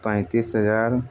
पैँतिस हजार